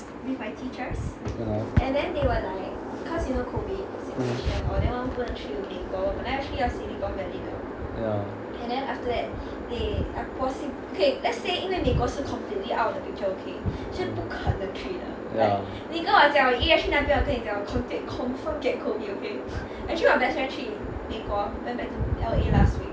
ya ya ya